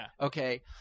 okay